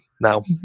now